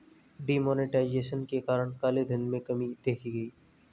D monetization के कारण काले धन में कमी देखी गई